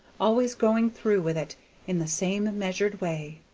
always going through with it in the same measured way.